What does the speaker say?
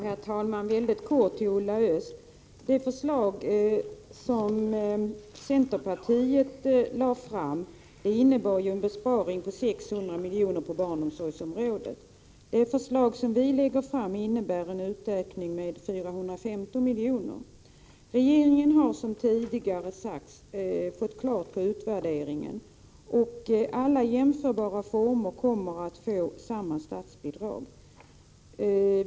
Herr talman! Jag vill bara helt kortfattat säga till Rosa Östh att det förslag som centerpartiet lade fram innebar en besparing på 600 miljoner på barnomsorgsområdet, medan det förslag som vi lägger fram innebär en utökning med 415 miljoner. Regeringen har, som tidigare sagts, fått utvärderingen färdig, och alla jämförbara barnomsorgsformer kommer att få samma statsbidrag.